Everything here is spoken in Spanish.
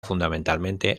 fundamentalmente